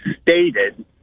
stated